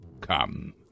Come